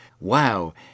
wow